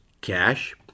cash